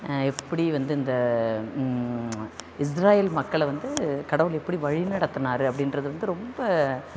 எப்படி வந்து இந்த இஸ்ராயேல் மக்களை வந்து கடவுள் எப்படி வழிநடத்துனார் அப்படின்றது வந்து ரொம்ப